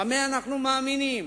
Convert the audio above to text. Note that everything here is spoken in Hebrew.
במה אנחנו מאמינים.